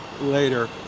later